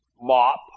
mop